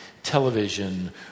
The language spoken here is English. television